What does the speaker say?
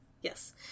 Yes